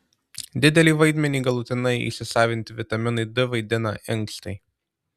didelį vaidmenį galutinai įsisavinti vitaminui d vaidina inkstai